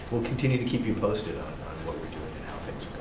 we'll continue to keep you posted on what we're doing and how things